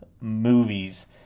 movies